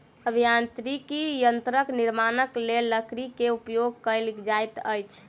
अभियांत्रिकी यंत्रक निर्माणक लेल लकड़ी के उपयोग कयल जाइत अछि